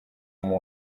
mama